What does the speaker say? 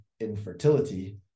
Infertility